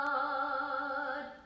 God